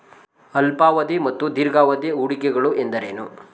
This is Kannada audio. ಅಲ್ಪಾವಧಿ ಮತ್ತು ದೀರ್ಘಾವಧಿ ಹೂಡಿಕೆಗಳು ಎಂದರೇನು?